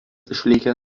išlikę